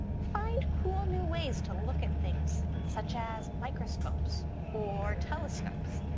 find cool new ways to look at things such as microscopes or telescopes.